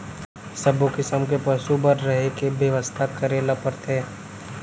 सब्बो किसम के पसु बर रहें के बेवस्था करे ल परथे